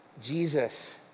Jesus